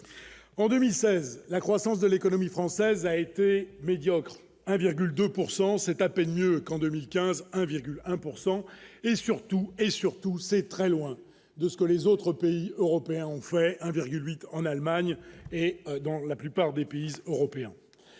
en 2016, la croissance de l'économie française a été médiocre 1,2 pourcent c'est c'est à peine mieux qu'en 2015, 1,1 pourcent et et surtout et surtout, c'est très loin de ce que les autres pays européens ont fait 1,8 en Allemagne et dans la plupart des pays européens,